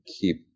keep